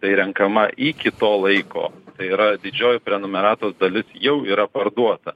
tai renkama iki to laiko tai yra didžioji prenumeratos dalis jau yra parduota